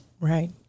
Right